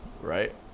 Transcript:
right